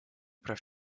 прав